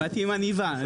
באתי עם עניבה.